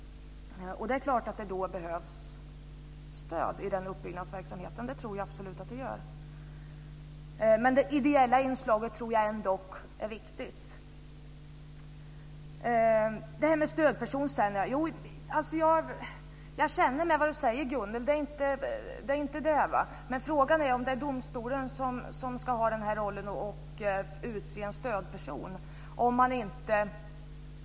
Det behövs stöd i den uppbyggnadsverksamheten, det tror jag absolut att det gör. Men det ideella inslaget tror jag ändock är viktigt. Så det här med stödperson. Jag känner med vad Gunnel säger. Det är inte det. Men frågan är om det är domstolen som ska ha den rollen och utse en stödperson.